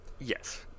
yes